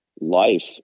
life